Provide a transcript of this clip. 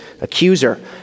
accuser